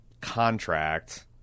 contract